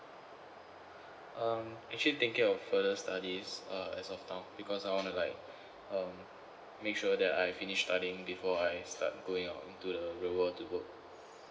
um actually thinking of further studies uh as of now because I want to like um make sure that I finish studying before I start going out into the real world to work